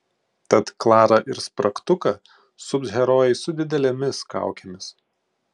tad klarą ir spragtuką sups herojai su didelėmis kaukėmis